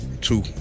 two